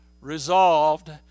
Resolved